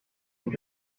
pour